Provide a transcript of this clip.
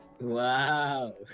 Wow